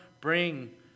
bring